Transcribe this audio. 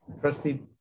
Trustee